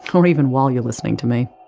or even while you are listening to me.